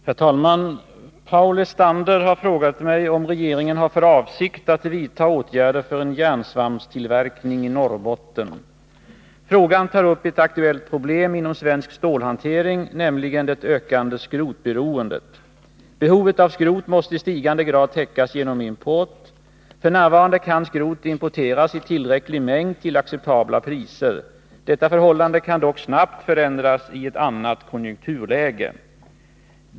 Herr talman! Paul Lestander har frågat mig om regeringen har för avsikt att vidta åtgärder för en järnsvampstillverkning i Norrbotten. Frågan tar upp ett aktuellt problem inom svensk stålhantering, nämligen det ökande skrotberoendet. Behovet av skrot måste i stigande grad täckas genom import. F. n. kan skrot importeras i tillräcklig mängd till acceptabla priser. Detta förhållande kan dock snabbt förändras i ett annat konjunkturläge.